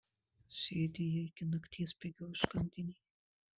sėdi jie iki nakties pigioj užkandinėj